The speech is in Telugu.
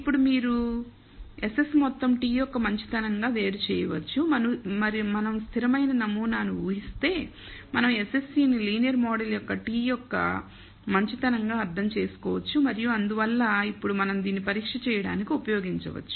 ఇప్పుడు మీరు SS మొత్తాన్ని t యొక్క మంచితనంగా వేరు చేయవచ్చు మనం స్థిరమైన నమూనాను ఊహిస్తే మనం SSE ను లీనియర్ మోడల్ యొక్క t యొక్క మంచితనంగా అర్థం చేసుకోవచ్చు మరియు అందువల్ల ఇప్పుడు మనం దీన్ని పరీక్ష చేయడానికి ఉపయోగించవచ్చు